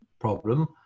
problem